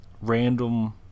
random